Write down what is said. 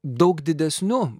daug didesniu